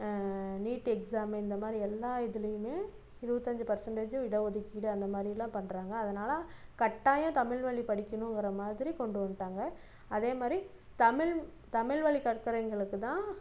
NEET exam இந்தமாதிரி எல்லா இதுலையுமே இருபத்தஞ்சி பர்சன்டேஜூ இட ஒதுக்கீடு அந்தமாதிரிலாம் பண்ணுறாங்க அதனால் கட்டாயம் தமிழ் வழி படிக்கணுங்கிற மாதிரி கொண்டு வந்துடாங்க அதேமாதிரி தமிழ் தமிழ் வழி கற்கிறவங்களுக்கு தான்